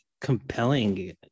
compelling